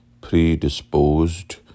predisposed